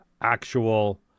actual